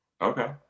okay